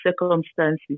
circumstances